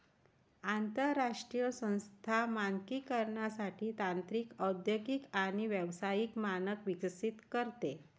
आंतरराष्ट्रीय संस्था मानकीकरणासाठी तांत्रिक औद्योगिक आणि व्यावसायिक मानक विकसित करते